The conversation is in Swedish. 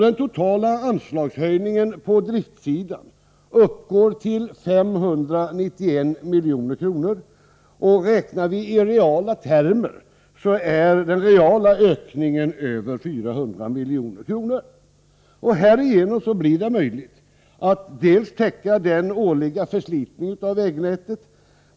Den totala anslagshöjningen på driftsidan uppgår till 591 milj.kr. Räknar man i reala termer, är den reala ökningen över 400 milj.kr. Härigenom blir det möjligt att täcka den årliga förslitningen av vägnätet.